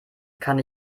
kann